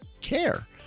care